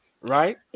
right